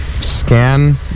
scan